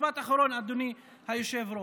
משפט אחרון, אדוני היושב-ראש.